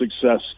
success